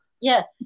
Yes